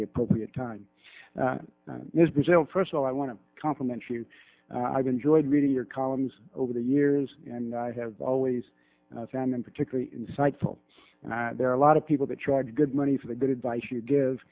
the appropriate time so first of all i want to compliment you i've enjoyed reading your columns over the years and i have always found them particularly insightful and there are a lot of people that try to good money for the good advice you give